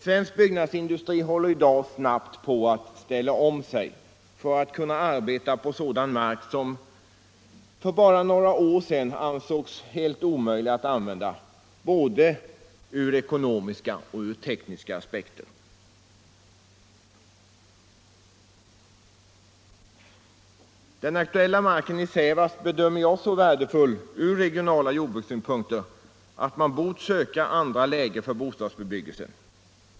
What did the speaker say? Svensk byggnadsindustri håller i dag snabbt på att ställa om sig för att kunna arbeta på sådan mark som för bara några år sedan ansågs helt omöjlig att använda ur både ekonomiska och tekniska aspekter. Den aktuella marken i Sävast bedömer jag som så värdefull ur regional jordbrukssynpunkt att man bort söka andra lägen för bostadsbebyggelsen.